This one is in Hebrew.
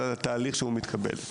אלא לתהליך שהוא מתקבל.